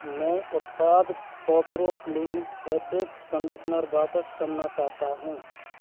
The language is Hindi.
मैं उत्पाद कोपरो क्लीन फ़ैब्रिक कंडीशनर वापस करना चाहता हूँ